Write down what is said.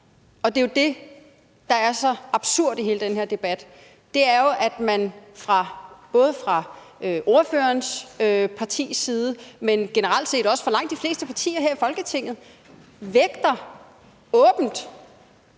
hele vejen. Det, der er så absurd i hele den her debat, er jo, at man både fra ordførerens partis side, men generelt set også fra langt de fleste partiers side her i Folketinget, åbent